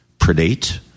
predate